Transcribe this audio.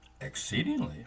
Exceedingly